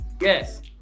Yes